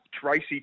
Tracy